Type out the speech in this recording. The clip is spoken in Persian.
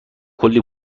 کلی